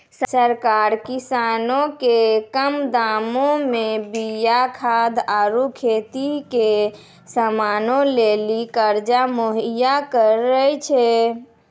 सरकार किसानो के कम दामो मे बीया खाद आरु खेती के समानो लेली कर्जा मुहैय्या करै छै